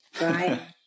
right